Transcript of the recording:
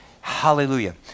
hallelujah